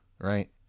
right